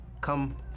Come